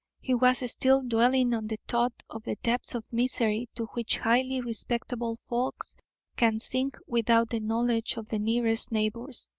he was still dwelling on the thought of the depths of misery to which highly respectable folks can sink without the knowledge of the nearest neighbours,